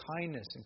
kindness